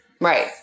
Right